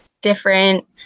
different